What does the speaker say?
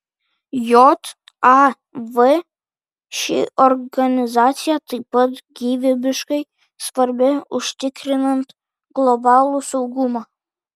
jav ši organizacija taip pat gyvybiškai svarbi užtikrinant globalų saugumą